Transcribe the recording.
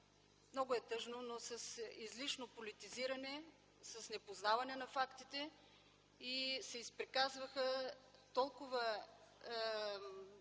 много е тъжно - с излишно политизиране, с непознаване на фактите. Изприказваха се толкова